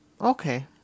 Okay